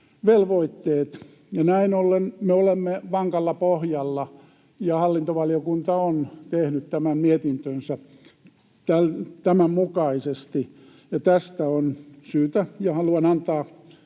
velvoitteet. Näin ollen me olemme vankalla pohjalla, ja hallintovaliokunta on tehnyt tämän mietintönsä tämän mukaisesti. Ja tästä on syytä antaa